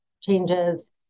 changes